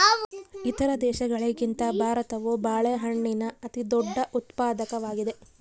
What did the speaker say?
ಇತರ ದೇಶಗಳಿಗಿಂತ ಭಾರತವು ಬಾಳೆಹಣ್ಣಿನ ಅತಿದೊಡ್ಡ ಉತ್ಪಾದಕವಾಗಿದೆ